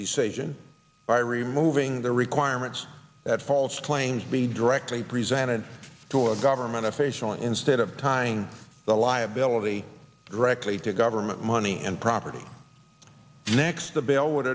sagem by removing the requirement that falls claims be directly presented to a government official instead of timing the liability directly to government money and property next the bill would